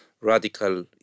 radical